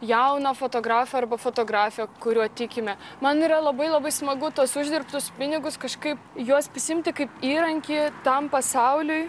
jauną fotografą arba fotografę kuriuo tikime man yra labai labai smagu tuos uždirbtus pinigus kažkaip juos pasiimti kaip įrankį tam pasauliui